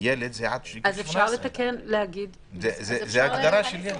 ילד זה עד גיל 18, זאת ההגדרה של ילד.